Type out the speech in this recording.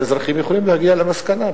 האזרחים יכולים להגיע למסקנה,